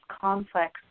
complex